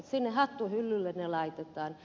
sinne hattuhyllylle ne laitetaan